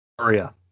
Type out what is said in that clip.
Maria